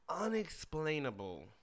unexplainable